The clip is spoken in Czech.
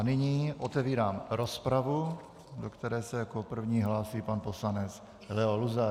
Nyní otevírám rozpravu, do které se jako první hlásí pan poslanec Leo Luzar.